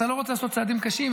אתה לא רוצה לעשות צעדים קשים,